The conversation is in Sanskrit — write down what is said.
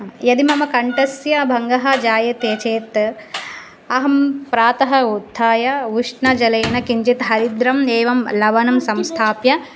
यदि मम कण्ठस्य भङ्गः जायते चेत् अहं प्रातः उत्थाय उष्णजलेन किञ्चिद् हरिद्रं एवं लवणं संस्थाप्य